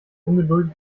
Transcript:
ungeduldig